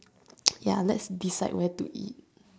ya let's decide where to eat